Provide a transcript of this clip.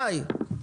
תודה.